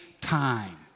time